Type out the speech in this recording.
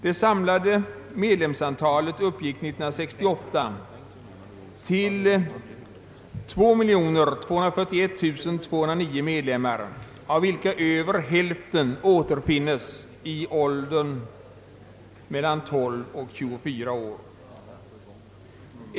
Det samlade medlemsantalet uppgick 1968 till 2 271 209. över hälften av medlemmarna är i åldrarna 12— 24 år.